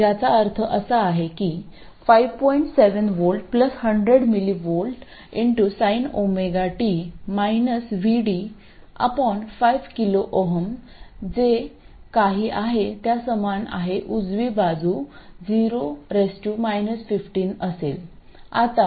7 V 100mV sinωt VD 5 KΩs जे काही आहे त्या समान आहे उजवी बाजू 0 15 असेल